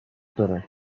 داره